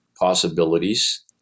possibilities